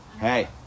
Hey